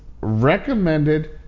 recommended